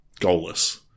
goalless